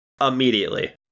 Immediately